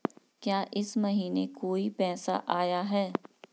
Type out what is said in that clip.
क्या इस महीने कोई पैसा आया है?